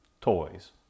toys